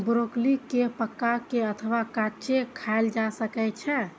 broccoli कें पका के अथवा कांचे खाएल जा सकै छै